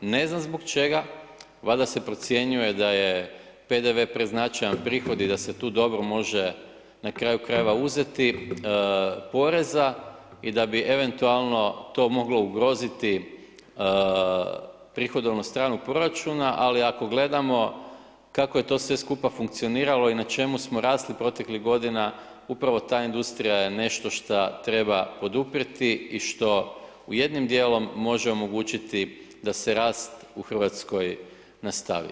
Ne znam zbog čega, valjda se procjenjuje da je PDV preznačajan prihod i da se tu dobro može na kraju krajeva uzeti poreza i da bi eventualno to moglo ugroziti prihodovnu stranu proračuna, ali ako gledamo kako je to sve skupa funkcioniralo i na čemu smo rasli proteklih godina, upravo ta industrija je nešto šta treba poduprijeti i što jednim dijelom može omogućiti da se rast u RH nastavi.